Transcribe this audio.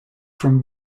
from